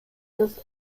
los